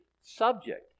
subject